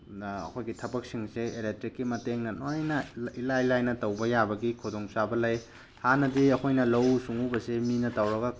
ꯑꯩꯈꯣꯏꯒꯤ ꯊꯕꯛꯁꯤꯡꯁꯦ ꯏꯂꯦꯛꯇ꯭ꯔꯤꯛꯀꯤ ꯃꯇꯦꯡꯅ ꯂꯣꯏꯅ ꯏꯂꯥꯏ ꯂꯥꯏꯅ ꯇꯧꯕ ꯌꯥꯕꯒꯤ ꯈꯨꯗꯣꯡꯆꯥꯕ ꯂꯩ ꯍꯥꯟꯅꯗꯤ ꯑꯩꯈꯣꯏꯅ ꯂꯧꯎ ꯁꯤꯡꯎꯕꯁꯦ ꯃꯤꯅ ꯇꯧꯔꯒ